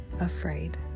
afraid